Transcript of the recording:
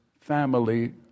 family